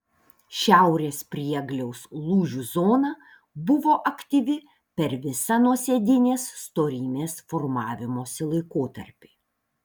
šiaurės priegliaus lūžių zona buvo aktyvi per visą nuosėdinės storymės formavimosi laikotarpį